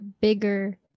bigger